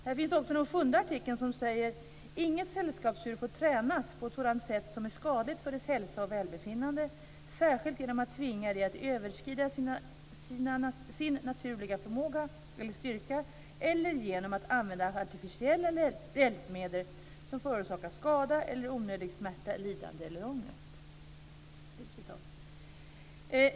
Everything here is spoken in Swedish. Här finns också en 7:e artikel som säger: Inget sällskapsdjur får tränas på ett sådant sätt som är skadligt för dess hälsa och välbefinnande, särskilt genom att tvinga den att överskrida sin naturliga förmåga eller styrka eller genom att använda artificiella hjälpmedel som förorsakar skada eller onödig smärta, lidande eller ångest.